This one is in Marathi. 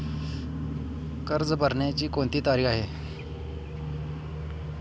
कर्ज भरण्याची कोणती तारीख आहे?